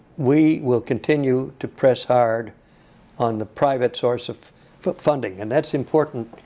we will continue to press hard on the private source of funding. and that's important,